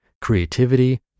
creativity